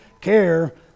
care